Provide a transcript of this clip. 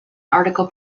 article